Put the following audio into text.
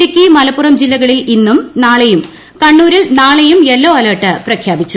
ഇടുക്കി മലപ്പുറം ജില്ലകളിൽ ഇന്നും നാളെയും കണ്ണൂരിൽ നാളെയും യെല്ലോ അലർട്ട് പ്രഖ്യാപിച്ചു